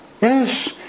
Yes